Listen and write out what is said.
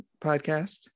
podcast